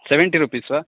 seventy rupees वा